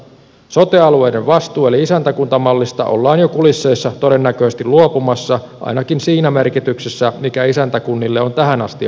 sote alueiden vastuu eli isäntäkuntamallista ollaan jo kulisseissa todennäköisesti luopumassa ainakin siinä merkityksessä mikä isäntäkunnille on tähän asti annettu